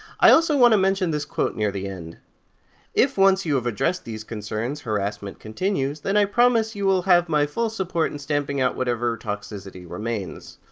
i also want to mention this quote near the end if once you have addressed these concerns harassment continues, then i promise you will have my full support in stamping out whatever toxicity remains.